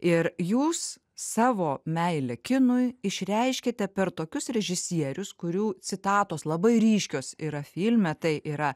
ir jūs savo meilę kinui išreiškiate per tokius režisierius kurių citatos labai ryškios yra filme tai yra